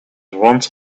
once